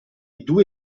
due